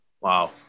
Wow